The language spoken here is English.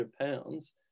pounds